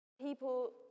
people